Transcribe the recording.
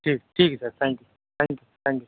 ٹھیک ٹھیک ہے sir thank you thank you thank you